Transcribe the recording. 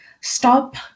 Stop